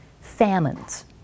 famines